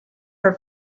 her